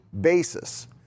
basis